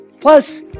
Plus